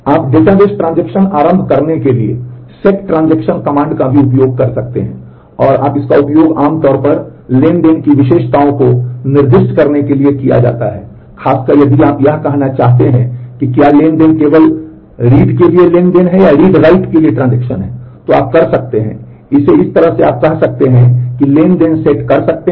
आप database transaction आरंभ करने के लिए SET TRANSACTION कमांड का भी उपयोग कर सकते हैं और इसका उपयोग आम तौर पर ट्रांज़ैक्शन की विशेषताओं को निर्दिष्ट करने के लिए किया जाता है खासकर यदि आप यह कहना चाहते हैं कि क्या ट्रांज़ैक्शन केवल पढ़ने के लिए ट्रांज़ैक्शन है या रीड राइट दे सकते हैं